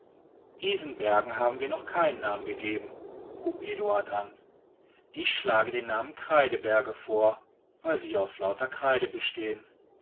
diesen bergen haben wir noch keinen namen gegeben hub eduard an ich schlage den namen kreideberge vor weil sie ja aus lauter kreide bestehen